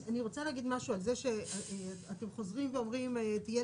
אני חושבת שאותם תקנים רשמיים שייקבעו